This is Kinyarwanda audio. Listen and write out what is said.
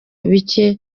bike